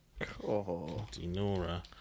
Dinora